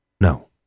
No